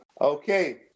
Okay